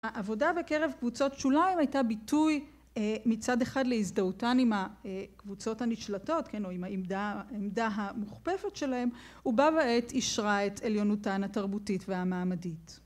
העבודה בקרב קבוצות שוליים הייתה ביטוי מצד אחד להזדהותן עם הקבוצות הנשלטות, עם העמדה המוכפפת שלהם, ובה בעת אישרה את עליונותן התרבותית והמעמדית.